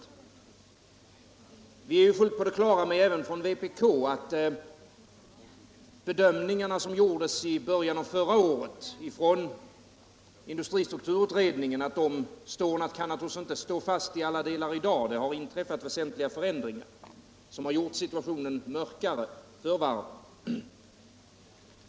Även från vpk är vi fullt på det klara med att de bedömningar som gjordes förra året av industristrukturutredningen inte till alla delar kan stå fast i dag. Det har inträffat väsentliga förändringar som har gjort situationen mörkare för varven.